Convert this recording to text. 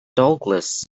douglas